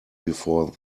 before